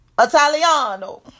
Italiano